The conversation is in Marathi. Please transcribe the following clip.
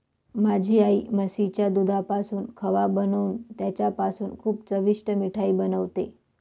माझी आई म्हशीच्या दुधापासून खवा बनवून त्याच्यापासून खूप चविष्ट मिठाई बनवते